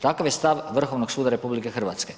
Takav je stav Vrhovnog suda RH.